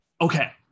Okay